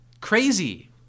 crazy